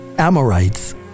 Amorites